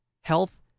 health –